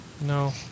No